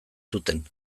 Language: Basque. zuten